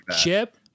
chip